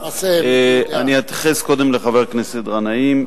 אני אתייחס קודם לחבר הכנסת גנאים,